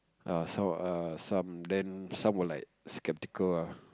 err some err some then some were like skeptical ah